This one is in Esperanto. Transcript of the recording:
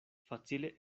facile